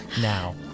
now